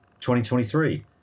2023